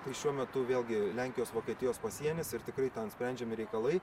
tai šiuo metu vėlgi lenkijos vokietijos pasienis ir tikrai ten sprendžiami reikalai